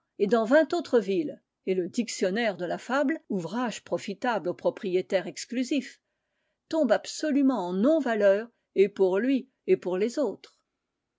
et dans vingt autres villes et le dictionnaire de la fable ouvrage profitable au propriétaire exclusif tombe absolument en non valeur et pour lui et pour les autres